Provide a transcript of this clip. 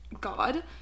God